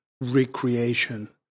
recreation